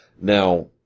Now